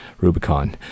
Rubicon